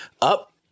up